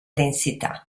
densità